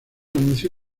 anunció